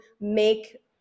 make